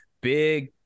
big